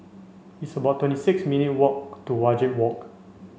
it's about twenty six minute walk to Wajek Walk